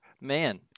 Man